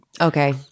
okay